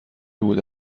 بوده